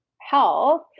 health